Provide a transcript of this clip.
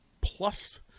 Plus